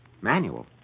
Manual